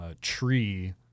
tree